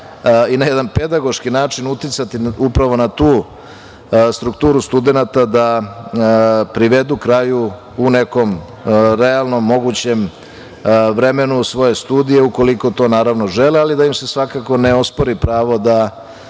i na jedan pedagoški način uticati upravo na tu strukturu studenata da privedu kraju u nekom realnom mogućem vremenu svoje studije, ukoliko to žele, ali da im se svakako ne ospori pravo da